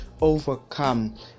overcome